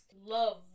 love